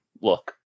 look